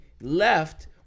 left